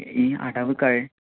ഈ അടവ് കഴിഞ്ഞാൽ